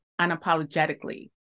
unapologetically